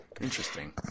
Interesting